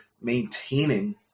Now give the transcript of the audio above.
maintaining